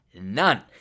None